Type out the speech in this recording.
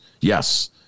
Yes